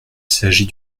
s’agit